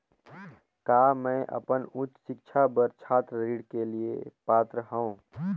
का मैं अपन उच्च शिक्षा बर छात्र ऋण के लिए पात्र हंव?